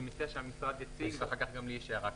אני מציע שהמשרד יציג ואחר כך גם לי יש הערה כללית.